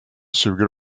suger